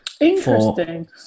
Interesting